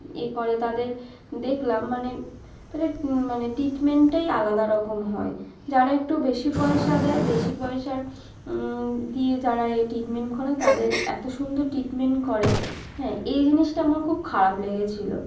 এ করে তাদের দেখলাম মানে তাদের মানে টিটমেন্টটাই আলাদা রকম হয় যারা একটু বেশি পয়সা দেয় বেশি পয়সার দিয়ে যারা এ ট্রিটমেন্ট করায় তাদের এতো সুন্দর ট্রিটমেন্ট করে হ্যাঁ এই জিনিসটা আমার খুব খারাপ লেগেছিলো